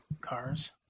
cars